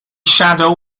shadow